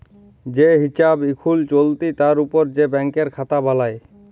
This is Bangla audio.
যে হিছাব এখুল চলতি তার উপর যে ব্যাংকের খাতা বালাই